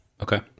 Okay